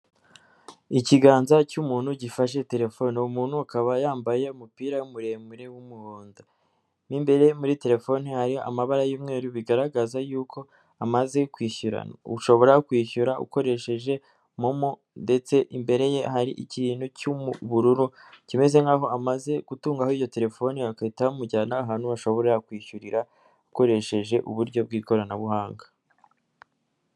Ikiganza cy'umuntu gifashe telefone, umuntu akaba yambaye umupira muremure w'umuhondo. Mu imbere muri telefone hari amabara y'umweru bigaragaza yuko amaze kwishyura, ushobora kwishyura ukoresheje momo ndetse imbere ye hari ikintu cy'ubururu kimeze nkaho amaze gutungaho iyo telefone bagahita bamujyana ahantu bashobora kwishyurira akoresheje uburyo bw'ikoranabuhanga.